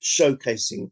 showcasing